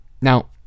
Now